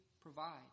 provide